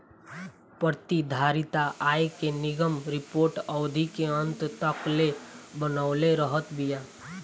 प्रतिधारित आय के निगम रिपोर्ट अवधि के अंत तकले बनवले रहत बिया